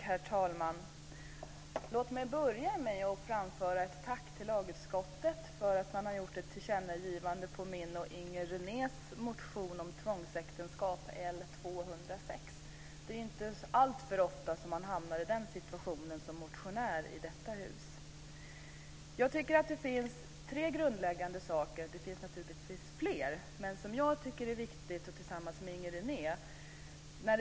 Herr talman! Låt mig börja med att framföra ett tack till lagutskottet för det tillkännagivande som gjorts utifrån min och Inger Renés motion L206 om tvångsäktenskap. Det är inte alltför ofta som man som motionär hamnar i den situationen i detta hus. Det finns tre grundläggande saker - men naturligtvis finns det fler än så - som jag och Inger René tycker är viktiga.